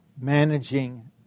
Managing